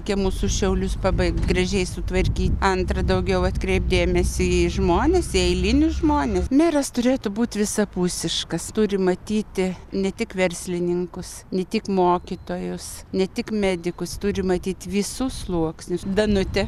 tie mūsų šiaulius pabaigt gražiai sutvarkyt antrą daugiau atkreipt dėmesį į žmones į eilinius žmones meras turėtų būti visapusiškas turi matyti ne tik verslininkus ne tik mokytojus ne tik medikus turi matyt visus sluoksnius danutė